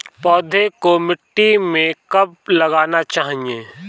पौधें को मिट्टी में कब लगाना चाहिए?